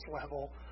level